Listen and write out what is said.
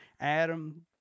Adam